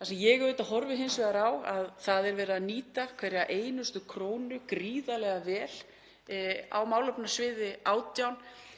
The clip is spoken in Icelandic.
Það sem ég horfi hins vegar á er að það er verið að nýta hverja einustu krónu gríðarlega vel á málefnasviði 18.